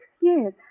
Yes